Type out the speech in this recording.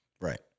Right